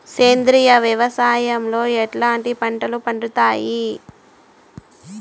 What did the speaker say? సేంద్రియ వ్యవసాయం లో ఎట్లాంటి పంటలు పండుతాయి